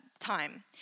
time